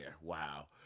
Wow